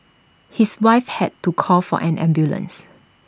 his wife had to call for an ambulance